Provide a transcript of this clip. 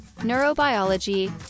neurobiology